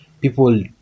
people